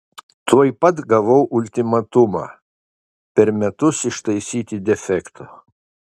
tuoj pat gavau ultimatumą per metus ištaisyti defektą